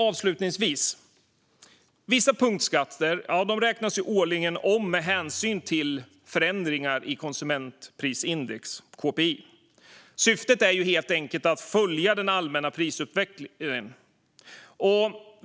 Avslutningsvis: Vissa punktskatter räknas årligen om med hänsyn till förändringar i konsumentprisindex, KPI. Syftet är helt enkelt att följa den allmänna prisutvecklingen.